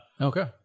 okay